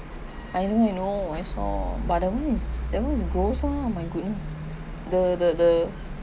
I know I know I saw but that one is that one is ghost lah my goodness the the the